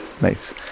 Nice